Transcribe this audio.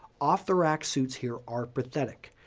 off-the-rack suits here are pathetic.